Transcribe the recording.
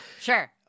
sure